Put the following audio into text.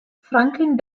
franklin